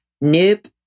Nope